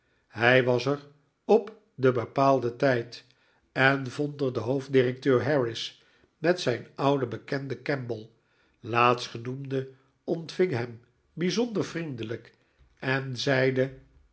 hij was er op den bepaalden tijd en vond er den hoofddirecteur harris met zh'n ouden bekende kemble laatstgenoemdo ontving hem bijzonder vriendelijk en zeide